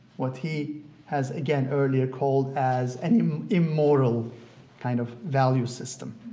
what he has, again, earlier called as an immoral kind of value system